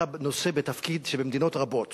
אתה נושא בתפקיד שבמדינות רבות